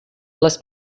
les